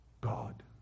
God